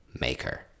maker